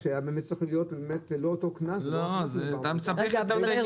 אתה מדבר על נסיעה בחינם, זה לא נסיעה בחינם.